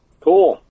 Cool